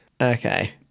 Okay